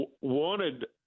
wanted